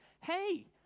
hey